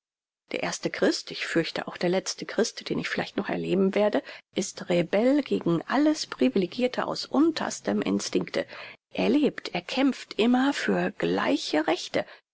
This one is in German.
der erste christ ich fürchte auch der letzte christ den ich vielleicht noch erleben werde ist rebell gegen alles privilegirte aus unterstem instinkte er lebt er kämpft immer für gleiche rechte